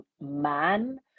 man